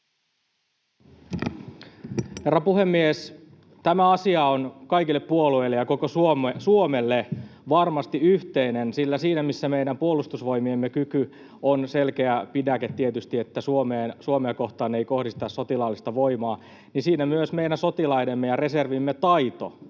Herra puhemies! Tämä asia on kaikille puolueille ja koko Suomelle varmasti yhteinen, sillä siinä, missä meidän Puolustusvoimiemme kyky on tietysti selkeä pidäke, että Suomea kohtaan ei kohdisteta sotilaallista voimaa, niin myös meidän sotilaidemme ja reservimme taito